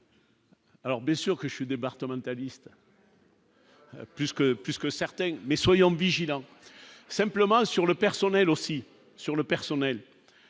Alors bien sûr que je suis de Bartolone ta liste. Puisque puisque certains mais soyons vigilants simplement sur le personnel aussi sur le personnel,